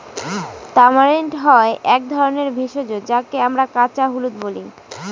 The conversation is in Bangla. তামারিন্ড হয় এক ধরনের ভেষজ যাকে আমরা কাঁচা হলুদ বলি